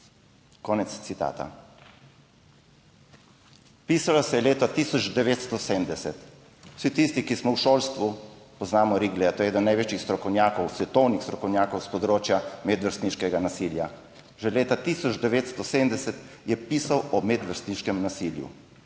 Konec citata. Pisalo se je leto 1970. Vsi tisti, ki smo v šolstvu, poznamo / nerazumljivo/, je eden največjih strokovnjakov, svetovnih strokovnjakov s področja medvrstniškega nasilja. Že leta 1970 je pisal o medvrstniškem nasilju.